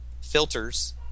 filters